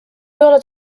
oled